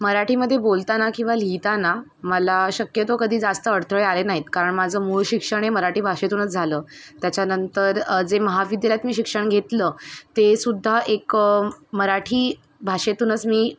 मराठीमध्ये बोलताना किंवा लिहिताना मला शक्यतो कधी जास्त अडथळे आले नाहीत कारण माझं मूळ शिक्षण हे मराठी भाषेतूनच झालं त्याच्यानंतर जे महाविद्यालयात मी शिक्षण घेतलं तेसुद्धा एक मराठी भाषेतूनच मी